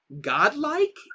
godlike